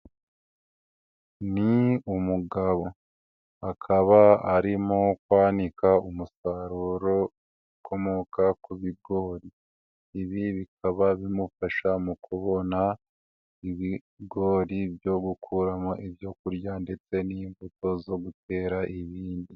Ni umugabo akaba arimo kwanika umusaruro ukomoka ku bigori, ibi bikaba bimufasha mu kubona ibigori byo gukuramo ibyo kurya ndetse n'imbuto zo gutera ibindi.